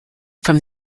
from